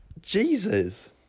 Jesus